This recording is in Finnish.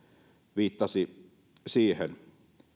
viittasi siihen